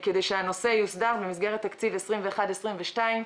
כדי שהנושא יוסדר במסגרת תקציב 2021, 2022,